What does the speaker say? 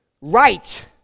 right